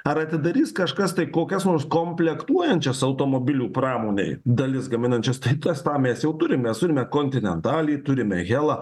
ar atidarys kažkas tai kokias nors komplektuojančias automobilių pramonei dalis gaminančias tai tas tą mes jau turimemes turime kontinentalį kontinentalų turime helą